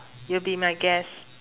you'll be my guest